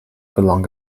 belong